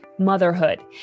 Motherhood